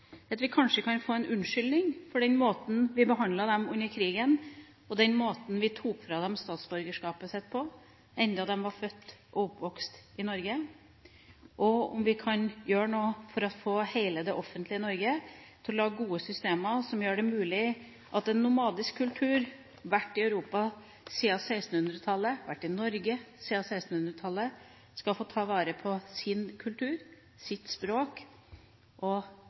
den måten vi behandlet dem på under krigen, og den måten vi tok fra dem statsborgerskapet deres på, enda de var født og oppvokst i Norge, og om vi kan gjøre noe for å få hele det offentlige Norge til å lage gode systemer som gjør det mulig at en nomadisk kultur som har vært i Europa – og Norge – siden 1600-tallet, skal få ta vare på sin kultur, sitt språk og